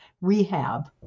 rehab